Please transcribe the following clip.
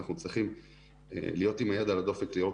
אנחנו צריכים להיות עם היד על הדופק לראות